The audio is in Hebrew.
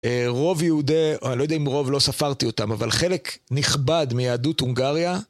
רוב יהודי, לא יודע אם רוב, לא ספרתי אותם, אבל חלק נכבד מיהדות הונגריה.